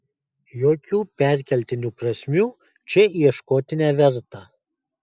jokių perkeltinių prasmių čia ieškoti neverta